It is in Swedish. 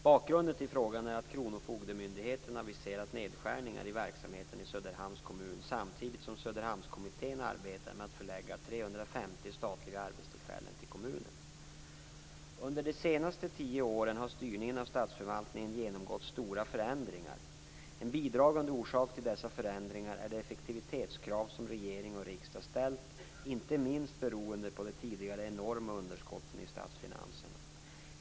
Bakgrunden till frågorna är att kronofogdemyndigheten aviserat nedskärningar i verksamheten i Söderhamns kommun samtidigt som Söderhamskommittén arbetar med att förlägga 350 statliga arbetstillfällen till kommunen. Under de senaste tio åren har styrningen av statsförvaltningen genomgått stora förändringar. En bidragande orsak till dessa förändringar är de effektivitetskrav som regering och riksdag ställt, inte minst beroende på de tidigare enorma underskotten i statsfinanserna.